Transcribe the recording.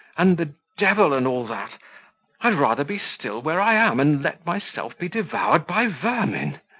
and the devil and all that! i'll rather be still where i am, and let myself be devoured by vermin.